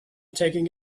taking